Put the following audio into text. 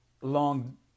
long